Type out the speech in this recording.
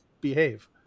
behave